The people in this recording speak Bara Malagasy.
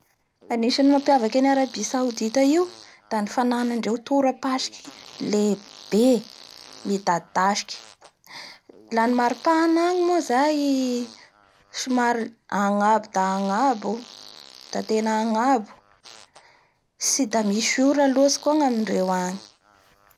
Anisany mampiavaky an'i Arabie Saodite io da ny fananandreo torapasiky lehibe, midadadasiky Laha ny maripahana agny moa zay somary angabo da angabo da tena angabo, tsy da misy ora moatsy koa ny amindreo agny.